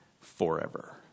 forever